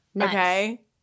Okay